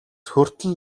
хүртэл